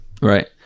Right